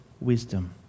wisdom